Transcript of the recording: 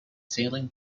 sailing